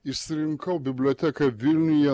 išsirinkau biblioteką vilniuje